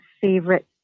favorite